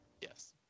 yes